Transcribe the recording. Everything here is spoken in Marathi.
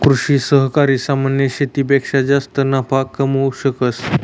कृषि सहकारी सामान्य शेतीपेक्षा जास्त नफा कमावू शकस